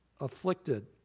afflicted